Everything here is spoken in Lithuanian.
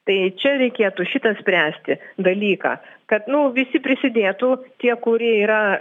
tai čia reikėtų šitą spręsti dalyką kad nu visi prisidėtų tie kurie yra